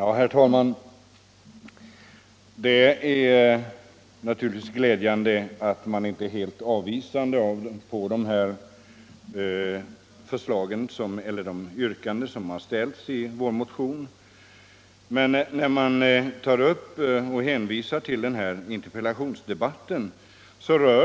Herr talman! Det är naturligtvis glädjande att man inte är helt avvisande till de yrkanden som framställs i vår motion. Men den interpellationsdebatt det hänvisas till